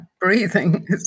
breathing